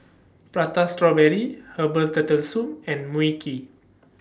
Prata Strawberry Herbal Turtle Soup and Mui Kee